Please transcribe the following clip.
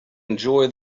enjoy